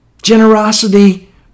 Generosity